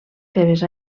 seves